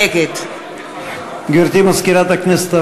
נגד גברתי מזכירת הכנסת,